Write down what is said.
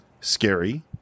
scary